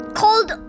called